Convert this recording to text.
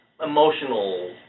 emotional